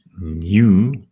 new